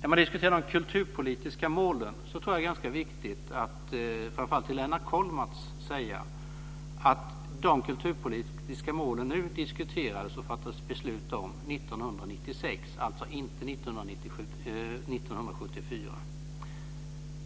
När man diskuterar de kulturpolitiska målen tror jag att det är ganska viktigt att framför allt till Lennart Kollmats säga att beslut om de kulturpolitiska mål som vi nu diskuterar fattades 1996, alltså inte 1974.